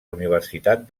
universitat